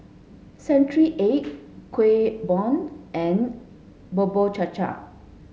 century egg Kueh Bom and Bubur Cha Cha